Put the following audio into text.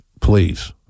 Please